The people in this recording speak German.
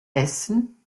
essen